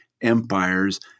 empires